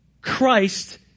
Christ